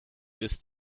ist